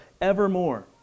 evermore